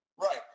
Right